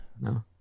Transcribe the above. no